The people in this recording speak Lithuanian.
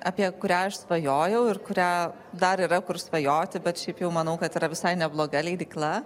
apie kurią aš svajojau ir kurią dar yra kur svajoti bet šiaip jau manau kad yra visai nebloga leidykla